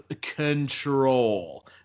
control